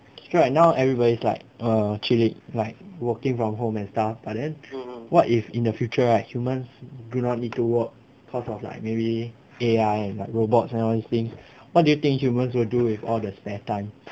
so like now everbody is like err chiiling right working from home and stuff but then what if in the future right human do not need to work cause of like maybe A_I and like robot and all these things what do you think huaman will do with all the spare time